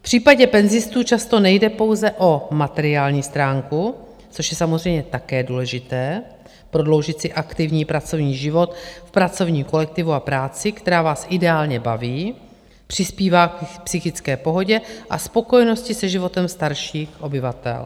V případě penzistů často nejde pouze o materiální stránku, což je samozřejmě také důležité, prodloužit si aktivní pracovní život v pracovním kolektivu a v práci, která vás ideálně baví, přispívá k psychické pohodě a spokojenosti se životem starších obyvatel.